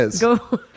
go